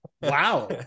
Wow